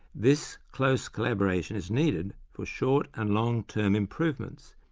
this close collaboration is needed for short and long term improvements,